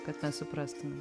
kad mes suprasime